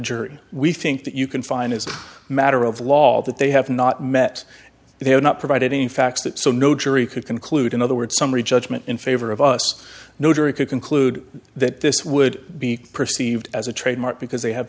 jury we think that you can find is a matter of law that they have not met they have not provided any facts that so no jury could conclude in other words summary judgment in favor of us no jury could conclude that this would be perceived as a trademark because they have